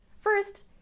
First